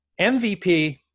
MVP